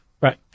right